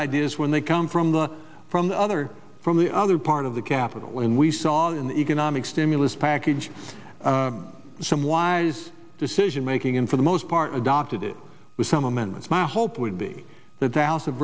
ideas when they come from the from the other from the other part of the capital when we saw in the economic stimulus package some wise decision making and for the most part adopted it with some amendments my hope would be th